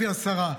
לפי השרה.